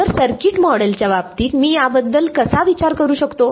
तर सर्किट मॉडेलच्या बाबतीत मी याबद्दल कसा विचार करू शकतो